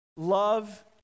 Love